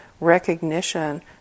recognition